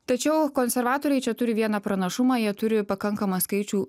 tačiau konservatoriai čia turi vieną pranašumą jie turi pakankamą skaičių